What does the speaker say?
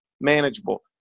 manageable